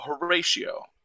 Horatio